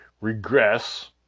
regress